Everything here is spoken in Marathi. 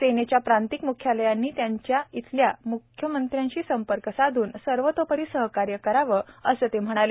सेनेच्या प्रांतिक म्ख्यालयांनी त्यांच्याइथल्या म्ख्यमंत्र्यांशी संपर्क साधून सर्वतोपरी सहकार्य करावं असं ते म्हणाले